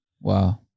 Wow